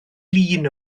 lŷn